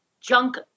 junk